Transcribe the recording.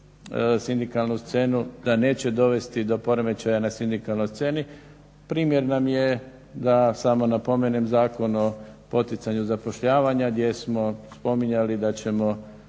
sindikalnu scenu, da neće dovesti do poremećaja na sindikalnoj sceni. Primjer nam je da samo napomenem Zakon o poticanju zapošljavanja gdje smo spominjali da ćemo